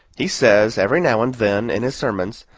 he says, every now and then in his sermons,